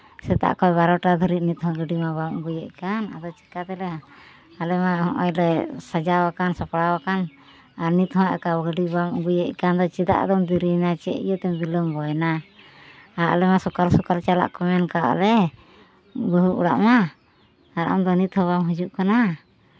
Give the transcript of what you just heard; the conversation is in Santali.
ᱥᱮᱛᱟᱜ ᱠᱷᱚᱱ ᱵᱟᱨᱚᱴᱟ ᱫᱷᱟᱹᱵᱤᱡ ᱱᱤᱛᱦᱚᱸ ᱜᱟᱹᱰᱤ ᱢᱟ ᱵᱟᱢ ᱟᱹᱜᱩᱭᱮᱫ ᱠᱟᱱ ᱟᱫᱚ ᱪᱤᱠᱟᱹ ᱛᱮᱞᱮ ᱟᱞᱮ ᱢᱟ ᱦᱚᱸᱜᱼᱚᱭ ᱞᱮ ᱥᱟᱡᱟᱣ ᱟᱠᱟᱱ ᱥᱟᱯᱲᱟᱣ ᱟᱠᱟᱱ ᱟᱨ ᱱᱤᱛᱦᱚᱸ ᱮᱠᱟᱞ ᱜᱟᱹᱰᱤ ᱵᱟᱢ ᱟᱹᱜᱩᱭᱮᱫ ᱠᱟᱱ ᱫᱚ ᱪᱮᱫᱟᱜ ᱟᱫᱚᱢ ᱫᱮᱨᱤᱭᱮᱱᱟ ᱪᱮᱫ ᱤᱭᱟᱹ ᱛᱮᱢ ᱵᱤᱞᱚᱢᱵᱚᱭᱮᱱᱟ ᱟᱨ ᱟᱞᱮ ᱢᱟ ᱥᱚᱠᱟᱞ ᱥᱚᱠᱟᱞ ᱪᱟᱞᱟᱜ ᱠᱚ ᱢᱮᱱ ᱟᱠᱟᱫ ᱞᱮ ᱵᱟᱹᱦᱩ ᱚᱲᱟᱜ ᱢᱟ ᱟᱨ ᱟᱢᱫᱚ ᱱᱤᱛᱦᱚᱸ ᱵᱟᱢ ᱦᱤᱡᱩᱜ ᱠᱟᱱᱟ